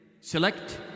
select